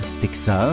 Texas